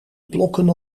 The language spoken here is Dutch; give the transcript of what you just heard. blokken